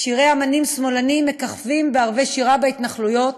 שירי אמנים שמאלנים מככבים בערבי שירה בהתנחלויות,